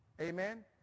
Amen